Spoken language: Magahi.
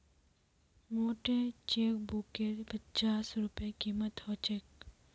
मोटे चेकबुकेर पच्चास रूपए कीमत ह छेक